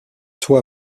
toi